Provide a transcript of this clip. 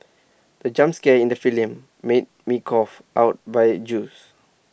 the jump scare in the film made me cough out my juice